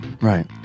Right